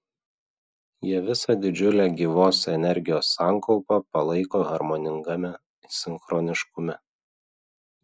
jie visą didžiulę gyvos energijos sankaupą palaiko harmoningame sinchroniškume